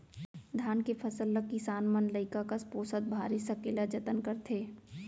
धान के फसल ल किसान मन लइका कस पोसत भारी सकेला जतन करथे